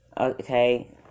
okay